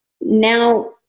now